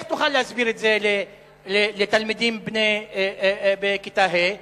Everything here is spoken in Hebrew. איך תוכל להסביר את זה לתלמידים בכיתה ה'?